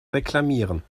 reklamieren